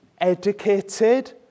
Educated